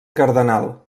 cardenal